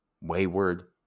wayward